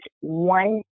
one